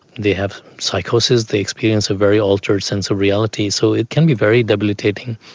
they have psychosis, they experience a very altered sense of reality. so it can be very debilitating.